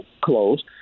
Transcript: closed